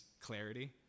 clarity